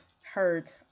heard